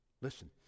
Listen